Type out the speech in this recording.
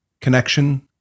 connection